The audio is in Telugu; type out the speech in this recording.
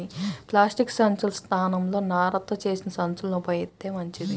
ప్లాస్టిక్ సంచుల స్థానంలో నారతో చేసిన సంచుల్ని ఉపయోగిత్తే మంచిది